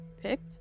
Picked